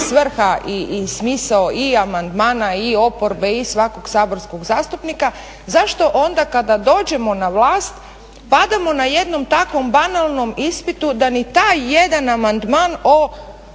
svrha i smisao i amandmana i oporbe i svakog saborskog zastupnika. Zašto onda kada dođemo na vlast padamo na jednom takvom banalnom ispitu da ni taj jedan amandman o